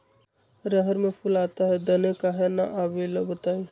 रहर मे फूल आता हैं दने काहे न आबेले बताई?